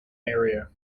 area